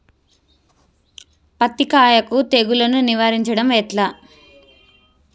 పత్తి కాయకు తెగుళ్లను నివారించడం ఎట్లా?